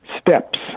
steps